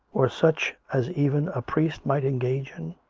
or such as even a priest might engage in?